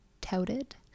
touted